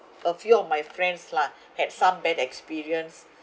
a few of my friends lah had some bad experience